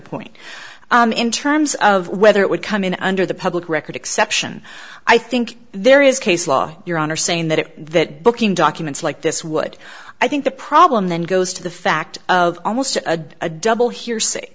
point in terms of whether it would come in under the public record exception i think there is case law your honor saying that it that booking documents like this would i think the problem then goes to the fact of almost a a double hearsay